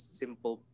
simple